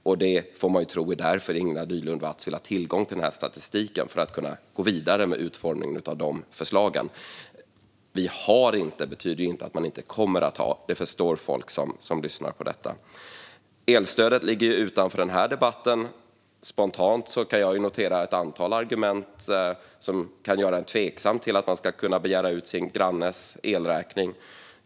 Man måste alltså tro att Ingela Nylund Watz vill ha tillgång till den här statistiken för att kunna gå vidare med utformningen av de förslagen. Att man inte har betyder inte att man inte kommer att ha ; det förstår folk som lyssnar på detta. Elstödet ligger utanför den här debatten. Spontant kan jag notera ett antal argument som kan göra en tveksam till att man ska kunna begära ut sin grannes elräkning.